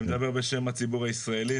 אני מדבר בשם הציבור הישראלי.